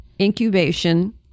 incubation